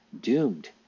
doomed